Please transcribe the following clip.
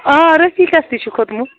آ رٔفیٖکَس تہِ چھُ کھوٚتمُت